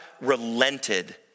relented